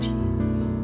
Jesus